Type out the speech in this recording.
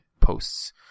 posts